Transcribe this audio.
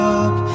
up